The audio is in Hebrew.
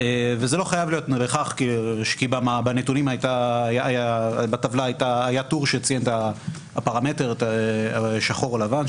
וזה לא חייב להיות כי בטבלה היה טור שציין את הפרמטר שחור או לבן,